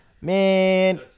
Man